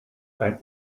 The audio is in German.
ein